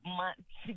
months